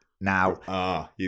Now